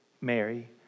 Mary